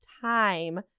time